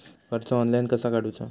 कर्ज ऑनलाइन कसा काडूचा?